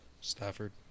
Stafford